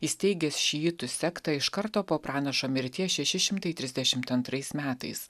įsteigęs šiitų sektą iš karto po pranašo mirties šeši šimtai trisdešimt antrais metais